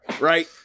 right